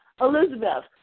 Elizabeth